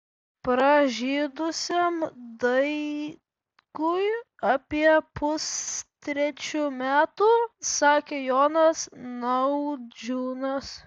pražydusiam daigui apie pustrečių metų sakė jonas naudžiūnas